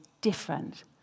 different